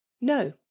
no